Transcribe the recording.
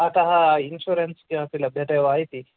अतः इन्शुरेन्स् किमपि लभ्यते वा इति